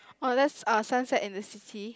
oh that's uh sunset in the city